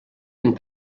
and